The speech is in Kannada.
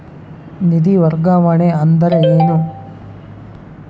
ನಿಧಿ ವರ್ಗಾವಣೆ ಅಂದರೆ ಏನು?